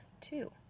two